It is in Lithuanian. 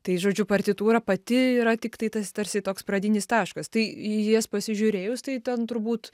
tai žodžiu partitūra pati yra tiktai tas tarsi toks pradinis taškas tai į jas pasižiūrėjus tai ten turbūt